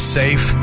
safe